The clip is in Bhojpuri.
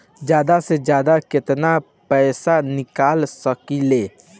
जादा से जादा कितना पैसा निकाल सकईले?